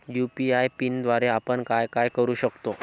UPI पिनद्वारे आपण काय काय करु शकतो?